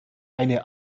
eine